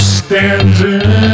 standing